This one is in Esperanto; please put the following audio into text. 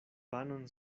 panon